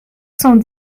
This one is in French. cent